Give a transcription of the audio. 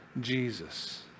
Jesus